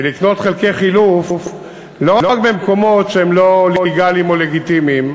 ולקנות חלקי חילוף לא רק במקומות שהם לא לגליים או לגיטימיים,